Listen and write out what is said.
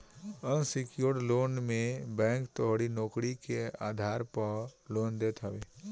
unsecured loan मे bank तोहरी नोकरी के आधार पअ लोन देत हवे